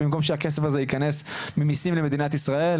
במקום שהכסף הזה ייכנס ממיסים למדינת ישראל,